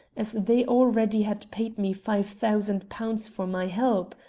as they already had paid me five thousand pounds for my help.